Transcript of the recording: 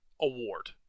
award